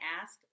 ask